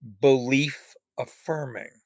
belief-affirming